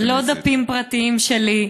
דפי הכנסת, לא דפים פרטיים שלי: